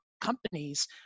companies